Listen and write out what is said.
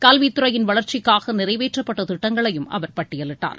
கல்வித்துறையின் வளர்ச்சிக்காக நிறைவேற்றப்பட்ட திட்டங்களையும் அவர் பட்டியலிட்டார்